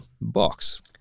box